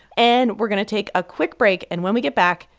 and we're going to take a quick break. and when we get back,